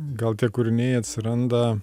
gal tie kūriniai atsiranda